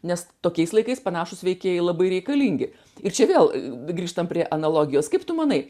nes tokiais laikais panašūs veikėjai labai reikalingi ir čia vėl grįžtam prie analogijos kaip tu manai